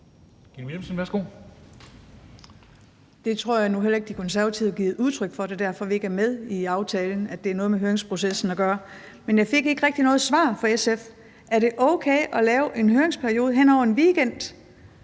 Det tror jeg nu heller ikke De Konservative har givet udtryk for, altså at det er derfor, at vi ikke er med i aftalen; at det er, fordi det har noget med høringsprocessen at gøre. Men jeg fik ikke rigtig noget svar fra SF. Er det okay at lave en høringsperiode hen over en weekend,